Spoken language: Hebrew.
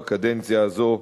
בקדנציה הזו,